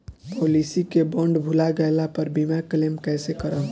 Policy के bond भुला गैला पर बीमा क्लेम कईसे करम?